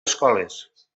escoles